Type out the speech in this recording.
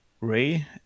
ray